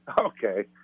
Okay